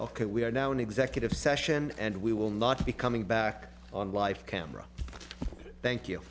ok we are now in executive session and we will not be coming back on life camera thank you